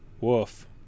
Woof